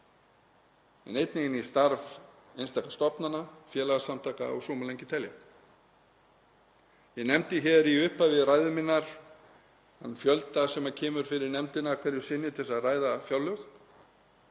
en einnig störfum einstakra stofnana, félagasamtaka og svo má lengi telja. Ég nefndi hér í upphafi ræðu minnar þann fjölda sem kemur fyrir nefndina hverju sinni til að ræða fjárlög